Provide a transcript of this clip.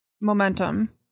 momentum